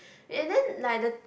and then like the